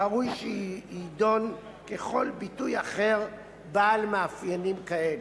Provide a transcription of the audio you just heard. ראוי שיידון ככל ביטוי אחר בעל מאפיינים כאלה.